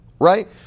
right